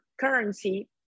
currency